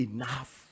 Enough